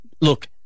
Look